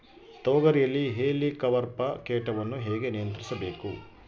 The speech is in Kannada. ತೋಗರಿಯಲ್ಲಿ ಹೇಲಿಕವರ್ಪ ಕೇಟವನ್ನು ಹೇಗೆ ನಿಯಂತ್ರಿಸಬೇಕು?